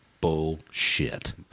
Bullshit